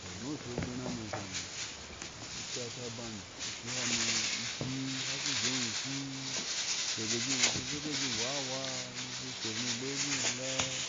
Tɔ ni ocu e ogbén hano kam, gaskiya a ka ban, ushi, haku jéo uushi daga jé wi. she kodai, jéu uwa awaa ni ubu u sher, ni ule u bin alea,